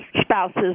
spouse's